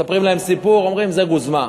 מספרים להם סיפור, אומרים: זה גוזמה.